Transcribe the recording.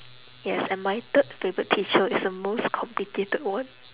yes and my third favourite teacher is the most complicated one